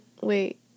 wait